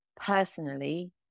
personally